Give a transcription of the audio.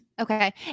Okay